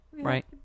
Right